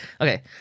Okay